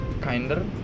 kinder